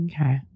Okay